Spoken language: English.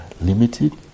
limited